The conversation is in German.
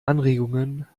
anregungen